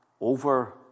over